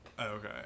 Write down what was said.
Okay